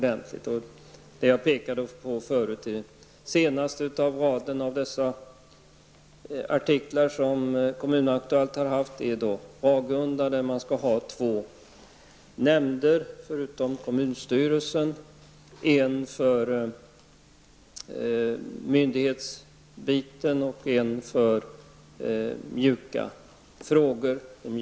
Den senaste artikeln i raden av artiklar som Kommunaktuellt har haft handlar om Ragunda, som skall ha två nämnder förutom kommunstyrelsen: en för myndighetsbiten och en för mjuka frågor.